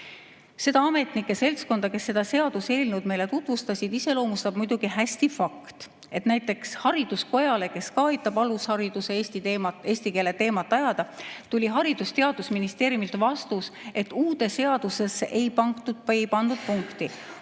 Seda ametnike seltskonda, kes seda seaduseelnõu meile tutvustasid, iseloomustab muidugi hästi fakt, et näiteks hariduskojale, kes ka aitab alushariduse eesti keele teemat ajada, tuli Haridus- ja Teadusministeeriumilt vastus, et uude seadusesse ei pandud punkti